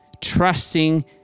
trusting